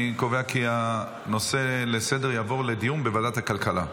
אני קובע כי הנושא לסדר-היום יעבור לדיון בוועדת הכלכלה.